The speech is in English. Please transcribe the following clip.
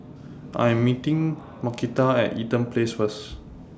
I Am meeting Markita At Eaton Place First